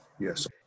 Yes